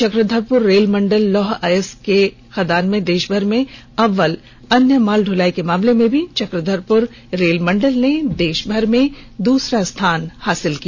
चक्रधरपुर रेलमंडल लौह अयस्क के लदान में देषभर में अव्वल अन्य माल ढलाई के मामले में भी चक्रधपुर रेल मंडल ने देषभर में दुसरा स्थान प्राप्त किया